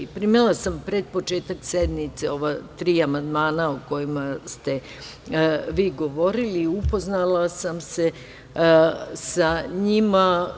Primila sam pred početak sednice ova tri amandmana o kojima ste vi govorila i upoznala sam se sa njima.